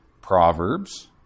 Proverbs